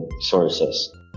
sources